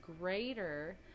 greater